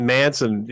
Manson